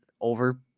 over